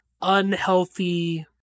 unhealthy